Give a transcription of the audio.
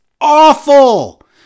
awful